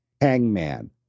Hangman